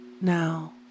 Now